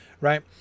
right